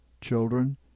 children